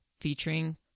featuring